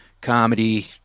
comedy